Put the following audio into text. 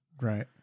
Right